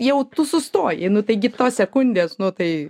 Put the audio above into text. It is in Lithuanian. jau tu sustoji nu taigi tos sekundės nu tai